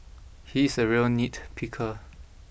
he's a real nitpicker